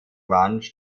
lunch